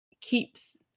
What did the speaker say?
keeps